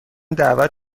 دعوت